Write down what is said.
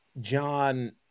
john